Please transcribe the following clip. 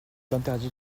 interdit